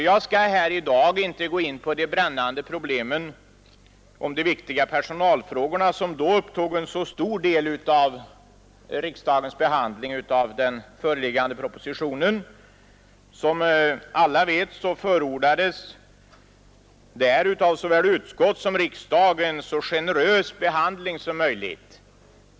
Jag skall här i dag inte gå in på de brännande problemen om de viktiga personalfrågorna, som upptog en så stor del av riksdagens behandling av den då föreliggande propositionen. Som alla vet förordades där av såväl utskott som riksdag en så generös behandling som möjligt.